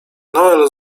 noel